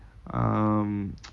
um